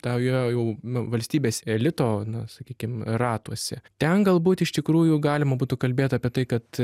tą jo jau nu valstybės elito na sakykim ratuose ten galbūt iš tikrųjų galima būtų kalbėt apie tai kad